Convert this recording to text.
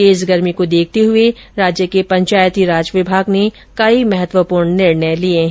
तेज गर्मी को देखते हुए राज्य के पंचायतीराज विभाग ने कई महत्वपूर्ण निर्णय लिये हैं